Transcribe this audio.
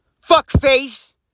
fuckface